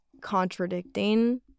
contradicting